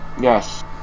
yes